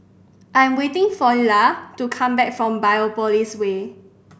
I'm waiting for Illa to come back from Biopolis Way